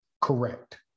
Correct